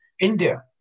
India